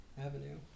avenue